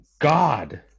God